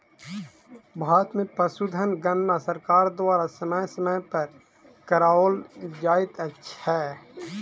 भारत मे पशुधन गणना सरकार द्वारा समय समय पर कराओल जाइत छै